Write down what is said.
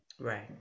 right